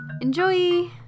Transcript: Enjoy